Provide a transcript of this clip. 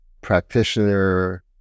practitioner